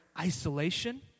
Isolation